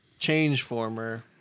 Changeformer